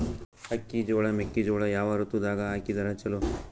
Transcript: ಅಕ್ಕಿ, ಜೊಳ, ಮೆಕ್ಕಿಜೋಳ ಯಾವ ಋತುದಾಗ ಹಾಕಿದರ ಚಲೋ?